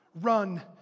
Run